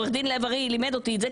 עורך דין לב ארי לימד אותי את זה,